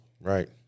Right